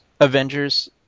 avengers